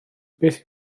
beth